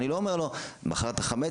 אני לא אומר לו: מכרת חמץ,